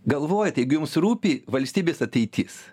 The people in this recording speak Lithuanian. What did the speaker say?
galvojat jeigu jums rūpi valstybės ateitis